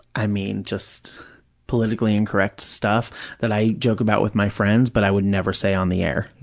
i mean, just politically incorrect stuff that i joke about with my friends but i would never say on the air.